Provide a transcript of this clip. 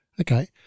Okay